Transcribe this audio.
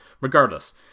regardless